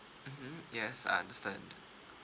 mmhmm yes I understand